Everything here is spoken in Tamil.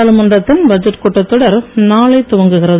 நாடாளுமன்றத்தின் பட்ஜெட் கூட்டத் தொடர் நாளை துவங்குகிறது